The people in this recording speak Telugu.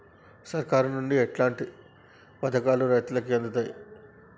సర్కారు నుండి ఎట్లాంటి పథకాలు రైతులకి అందుతయ్?